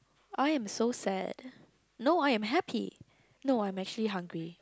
I am so sad no I am happy no I'm actually hungry